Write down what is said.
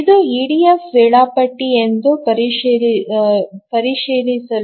ಇದು ಇಡಿಎಫ್ ವೇಳಾಪಟ್ಟಿ ಎಂದು ಪರಿಶೀಲಿಸಲು